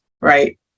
Right